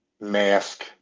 mask